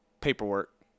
paperwork